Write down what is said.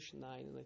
nine